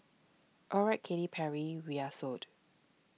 alright Katy Perry we're sold